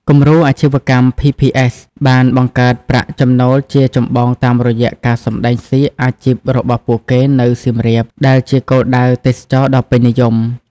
គំរូអាជីវកម្ម ភី ភី អេស បានបង្កើតប្រាក់ចំណូលជាចម្បងតាមរយៈការសម្តែងសៀកអាជីពរបស់ពួកគេនៅសៀមរាប ដែលជាគោលដៅទេសចរណ៍ដ៏ពេញនិយម ។